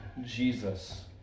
Jesus